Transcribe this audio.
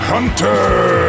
Hunter